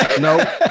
no